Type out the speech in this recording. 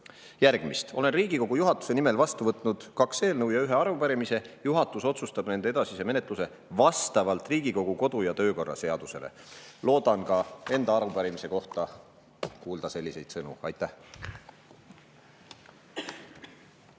järgmist: "Olen Riigikogu juhatuse nimel vastu võtnud kaks eelnõu ja ühe arupärimise. Juhatus otsustab nende edasise menetlemise vastavalt Riigikogu kodu- ja töökorra seadusele." Loodan ka enda arupärimise kohta kuulda selliseid sõnu. Aitäh!